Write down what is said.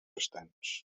restants